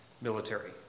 military